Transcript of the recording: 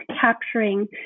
capturing